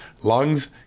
lungs